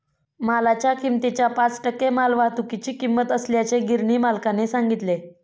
मालाच्या किमतीच्या पाच टक्के मालवाहतुकीची किंमत असल्याचे गिरणी मालकाने सांगितले